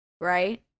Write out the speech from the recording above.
right